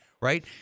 right